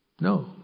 no